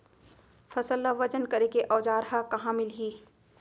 फसल ला वजन करे के औज़ार हा कहाँ मिलही?